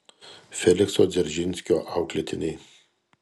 felikso dzeržinskio auklėtiniai